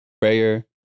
prayer